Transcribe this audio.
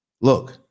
Look